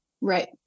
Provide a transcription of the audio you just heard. Right